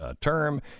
term